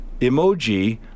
Emoji